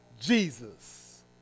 Jesus